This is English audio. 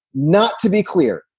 not to be clear,